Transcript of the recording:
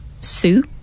Sue